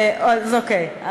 אז אוקיי,